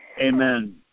Amen